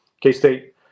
K-State